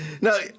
No